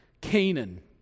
Canaan